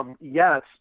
Yes